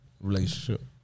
Relationship